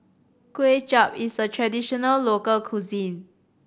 Kuay Chap is a traditional local cuisine